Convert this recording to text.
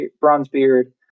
bronzebeard